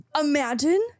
Imagine